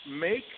make